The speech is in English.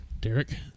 Derek